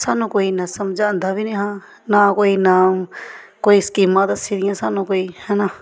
सानूं कोई इन्ना समझांदा बी निहा ना कोई इन्ना कोई स्कीमां दस्सी दियां सानूं कोई हैना